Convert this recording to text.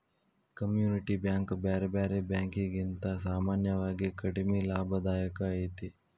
community bank ಬ್ಯಾರೆ ಬ್ಯಾರೆ ಬ್ಯಾಂಕಿಕಿಗಿಂತಾ ಸಾಮಾನ್ಯವಾಗಿ ಕಡಿಮಿ ಲಾಭದಾಯಕ ಐತಿ